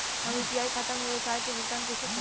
हम यू.पी.आई खाता से व्यावसाय के भुगतान कइसे करि?